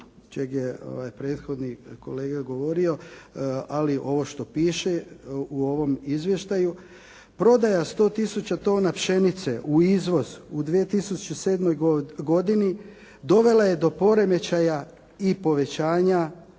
čemu je prethodni kolega govorio ali ovo što piše u ovom izvještaju, prodaja 100 tisuća tona pšenice u izvoz u 2007. godini dovela je do poremećaja i povećanja